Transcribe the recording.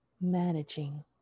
managing